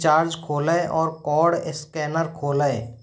Freecharge खोलें और code scanner खोलें